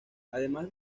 además